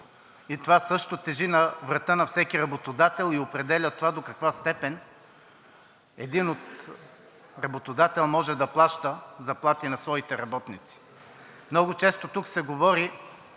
Това също тежи на врата на всеки работодател и определя до каква степен един работодател може да плаща заплати на своите работници. Много често тук се говори